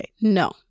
no